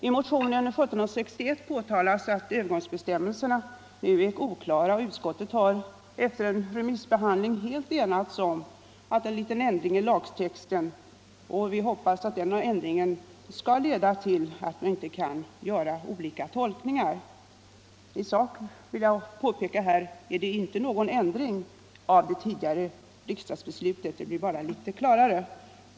I motionen 1761 påtalas att övergångsbestämmelserna är oklara nu, men utskottet har efter remissbehandling enats om en liten ändring i lagtexten, och vi hoppas att den ändringen skall leda till att man inte kan göra olika tolkningar i länsstyrelserna. Jag vill påpeka att det i sak inte är någon ändring av det tidigare riksdagsbeslutet. Det blir bara litet klarare.